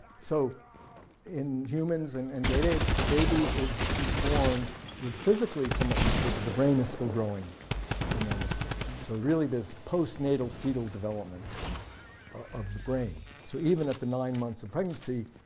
so in humans and and great apes the baby is is born with physically somewhat mature but the brain is still growing enormously. so really there's post-natal development of the brain, so even at the nine months of pregnancy,